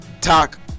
Talk